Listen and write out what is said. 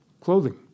clothing